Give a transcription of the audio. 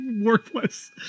Worthless